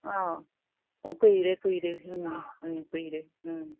ꯑꯥ ꯑꯣ ꯀꯨꯏꯔꯦ ꯀꯨꯏꯔꯦ ꯎꯝ ꯎꯝ ꯀꯨꯏꯔꯦ ꯎꯝ